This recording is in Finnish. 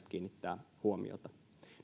kiinnittää huomiota